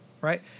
Right